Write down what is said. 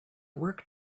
work